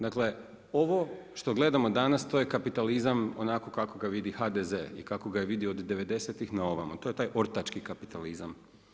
Dakle ovo što gledamo danas to je kapitalizam onako kako ga vidi HDZ i kako ga je vidio od '90.-tih na ovamo, to je taj ortački kapitalizam.